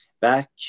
back